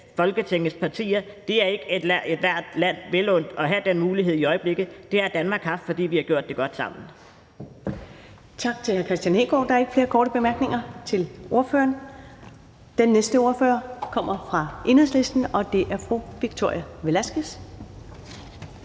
Folketingets partier. Det er ikke ethvert land vel undt at have den mulighed i øjeblikket. Det har Danmark haft, fordi vi har gjort det godt sammen.